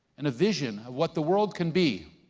and a vision of what the world can be.